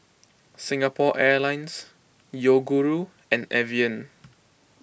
Singapore Airlines Yoguru and Evian